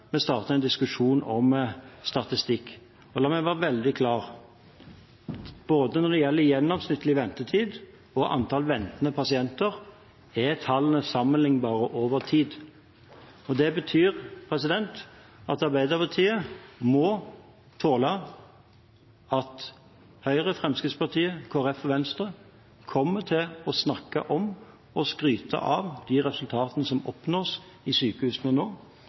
vi hjelper stadig flere. Gahr Støres resonnement holder ikke. Det var en bortforklaring. Når denne regjeringen nå oppnår disse resultatene, prøver Arbeiderpartiet å bortforklare de gode resultatene med å starte en diskusjon om statistikk. La meg være veldig klar: Når det gjelder både gjennomsnittlig ventetid og antallet ventende pasienter, er tallene sammenlignbare over tid. Det betyr at Arbeiderpartiet må tåle at Høyre, Fremskrittspartiet, Kristelig Folkeparti og